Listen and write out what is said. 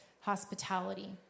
hospitality